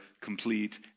complete